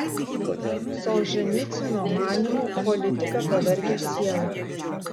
solženicyno manymu politika pavergia sielą